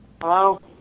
Hello